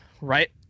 right